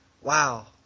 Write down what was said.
wow